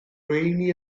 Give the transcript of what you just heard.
rheiny